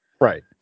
right